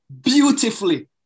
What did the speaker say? beautifully